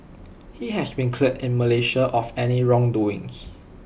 he has been cleared in Malaysia of any wrongdoing